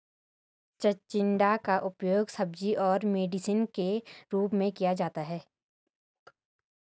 चिचिण्डा का उपयोग सब्जी और मेडिसिन के रूप में किया जाता है